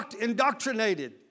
indoctrinated